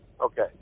Okay